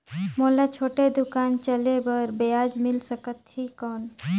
मोला छोटे दुकान चले बर ब्याज मिल सकत ही कौन?